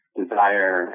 desire